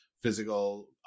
physical